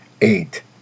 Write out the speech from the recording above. eight